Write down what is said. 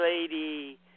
lady